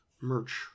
merch